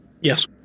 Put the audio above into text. yes